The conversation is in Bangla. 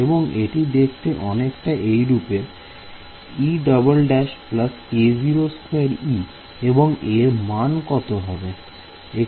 এবং এটি দেখতে অনেকটি এইরূপের এবং এর মান কত হবে